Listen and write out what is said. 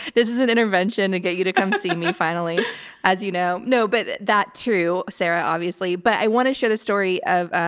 this is an intervention to get you to come see me finally as you know. no, but that too sarah obviously, but i want to share the story of um,